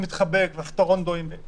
ובפאב או בבר לא רוקדים?